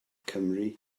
cymry